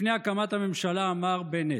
לפני הקמת הממשלה אמר בנט,